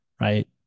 right